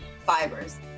fibers